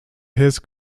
his